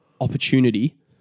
opportunity